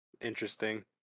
Interesting